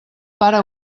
pare